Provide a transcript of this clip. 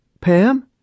Pam